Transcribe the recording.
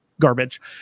garbage